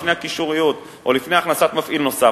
לפני הקישוריות או לפני הכנסת מפעיל נוסף,